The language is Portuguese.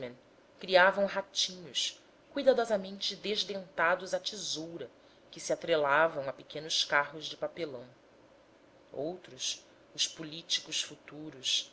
criavam ratinhos cuidadosamente desdentados a tesoura que se atrelavam a pequenos carros de papelão outros os políticos futuros